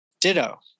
Ditto